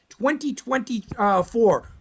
2024